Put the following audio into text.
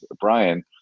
Brian